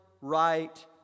right